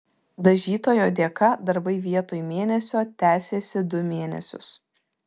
dažytojo dėka darbai vietoj mėnesio tęsėsi du mėnesius